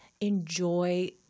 enjoy